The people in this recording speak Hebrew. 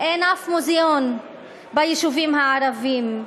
אין אף מוזיאון ביישובים הערביים,